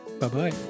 Bye-bye